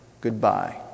Goodbye